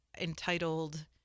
entitled